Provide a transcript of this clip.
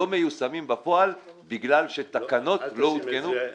לא מיושמים בפועל בגלל שתקנות לא הותקנו?